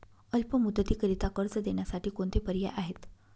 अल्प मुदतीकरीता कर्ज देण्यासाठी कोणते पर्याय आहेत?